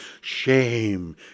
shame